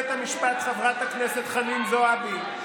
המשפט חבר הכנסת באסל גטאס נכנס לכלא והבריח טלפונים סלולריים.